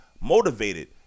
motivated